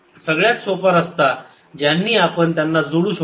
सगळ्यात सोपा रस्ता ज्यांनी आपण त्यांना जोडू शकतो